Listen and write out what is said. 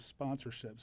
sponsorships